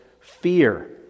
fear